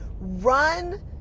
run